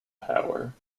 power